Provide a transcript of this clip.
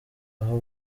aho